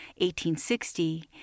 1860